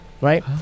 right